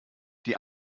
die